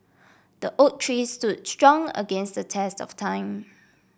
the oak tree stood strong against the test of time